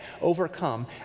overcome